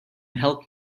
help